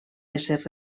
ésser